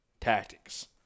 tactics